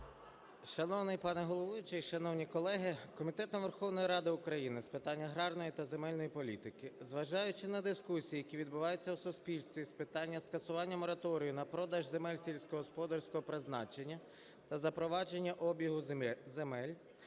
Шановний пане головуючий, шановні колеги! Комітетом Верховної Ради України з питань аграрної та земельної політики, зважаючи на дискусії, які відбуваються у суспільстві з питання скасування мораторію на продаж сільськогосподарського призначення та запровадження обігу земель,